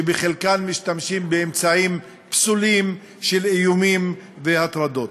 שבחלקן משתמשים באמצעים פסולים של איומים והטרדות.